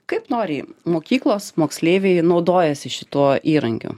kaip noriai mokyklos moksleiviai naudojasi šituo įrankiu